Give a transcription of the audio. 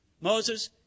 Moses